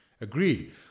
Agreed